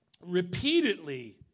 repeatedly